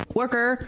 worker